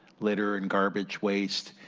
litter, and garbage waste,